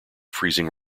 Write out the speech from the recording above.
freezing